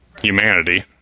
humanity